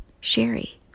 Sherry